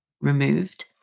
removed